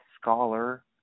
scholar